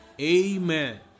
Amen